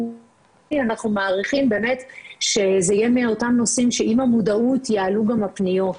שזה יהיה מאותם נושאים שעם המודעות יעלו גם הפניות.